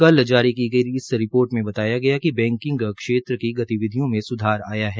कल जारी की गई रिपोर्ट में बताया कि बैकिंग क्षेत्र में गतिविधियों में सुधार आया है